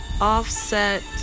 offset